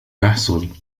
يحصل